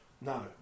No